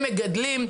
הם מגדלים,